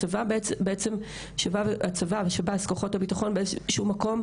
הצבא ושב"ס, כוחות הביטחון,